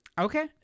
Okay